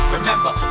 Remember